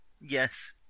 Yes